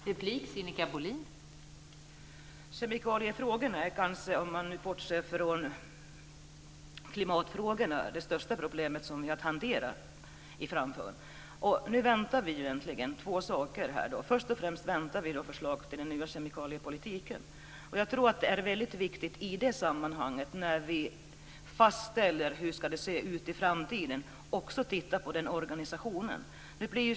Fru talman! Om man bortser från klimatfrågorna är nog kemikaliefrågorna det största problemet som vi har att hantera framöver. Nu väntar vi på två saker. Först och främst väntar vi på förslag till en ny kemikaliepolitik. När vi fastställer hur det ska se ut i framtiden är det väldigt viktigt att vi ser över organisationen.